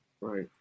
Right